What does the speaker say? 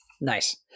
nice